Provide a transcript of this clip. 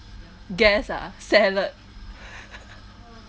guess ah salad